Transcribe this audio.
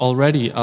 Already